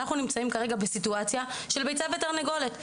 אנחנו נמצאים כרגע בסיטואציה של ביצה ותרנגולת.